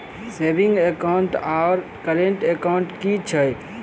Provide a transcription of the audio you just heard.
Saving account आओर current account की छैक?